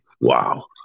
wow